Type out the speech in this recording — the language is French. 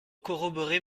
corroborer